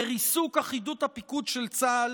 לריסוק אחידות הפיקוד של צה"ל,